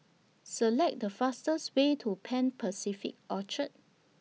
Select The fastest Way to Pan Pacific Orchard